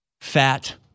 fat